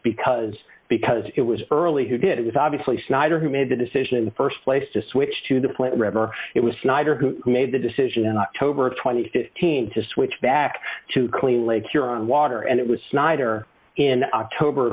because because it was early who did it obviously snyder who made the decision the st place to switch to the plant river it was snyder who made the decision in october th teen to switch back to clean lake huron water and it was snyder in october